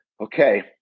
okay